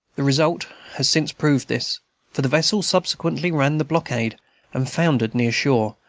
the result has since proved this for the vessel subsequently ran the blockade and foundered near shore,